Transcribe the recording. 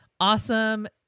awesome